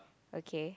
okay